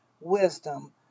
Wisdom